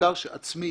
במחקר עצמי